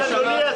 לגמרי.